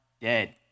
dead